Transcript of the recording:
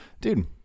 dude